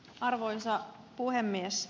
arvoisa puhemies